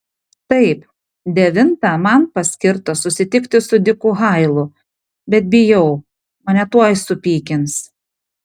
taip devintą man paskirta susitikti su diku hailu bet bijau mane tuoj supykins